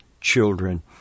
children